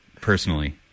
personally